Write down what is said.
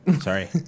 Sorry